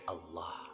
Allah